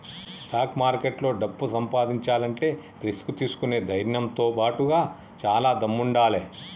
stock మార్కెట్లో డబ్బు సంపాదించాలంటే రిస్క్ తీసుకునే ధైర్నంతో బాటుగా చానా దమ్ముండాలే